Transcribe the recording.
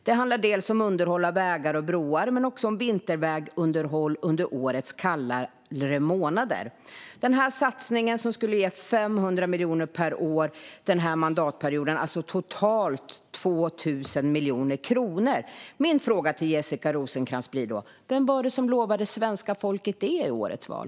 Det handlar dels om underhåll av vägar och broar, men också om vintervägunderhåll under årets kallare månader." Satsningen omfattade 500 miljoner kronor per år under den här mandatperioden, alltså totalt 2 miljarder kronor. Min fråga till Jessica Rosencrantz blir då: Vem var det som lovade svenska folket det i årets val?